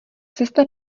cesta